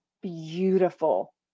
beautiful